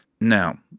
now